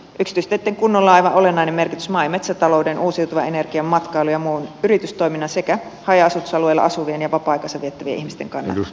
yksityisteitten kunnolla on aivan olennainen merkitys maa ja metsätalouden uusiutuvan energian matkailun ja muun yritystoiminnan sekä haja asutusalueilla asuvien ja vapaa aikaansa viettävien ihmisten kannalta